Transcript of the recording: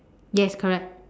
yes correct